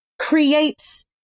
creates